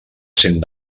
cent